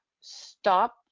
stop